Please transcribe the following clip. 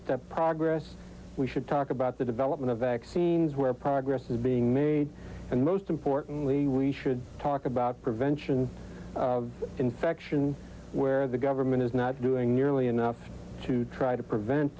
step progress we should talk about the development of vaccines where progress is being made and most importantly we should talk about prevention of infection where the government is not doing nearly enough to try to prevent